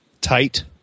tight